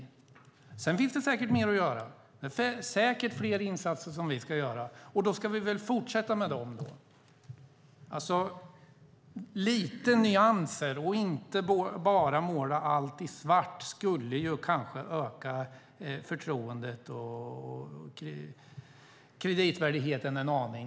Sedan finns det säkert mer att göra. Det finns säkert fler insatser som vi ska göra, och då ska vi väl fortsätta med dem. Om man kom med lite nyanser och inte bara målade allt i svart skulle det kanske öka förtroendet och kreditvärdigheten en aning.